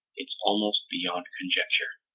it's almost beyond conjecture.